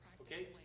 Okay